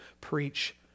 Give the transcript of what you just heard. preach